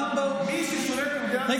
מי ששולט במדינת ישראל הם,